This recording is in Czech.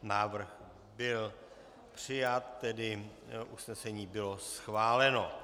Návrh byl přijat, tedy usnesení bylo schváleno.